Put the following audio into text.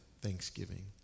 thanksgiving